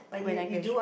when I graduate